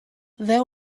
there